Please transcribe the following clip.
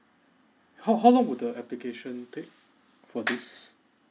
how how long will the application take for this